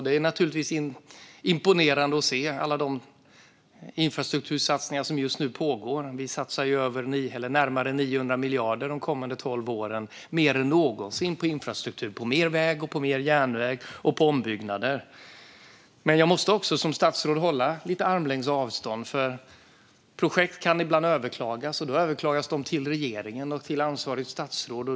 Det är naturligtvis imponerande att se alla de infrastruktursatsningar som just nu pågår. Vi satsar närmare 900 miljarder de kommande tolv åren, mer än någonsin, på infrastruktur - på mer väg, på mer järnväg och på ombyggnader. Men jag måste också som statsråd hålla lite armlängds avstånd. Projekt kan ibland överklagas, och då överklagas de till regeringen och till ansvarigt statsråd.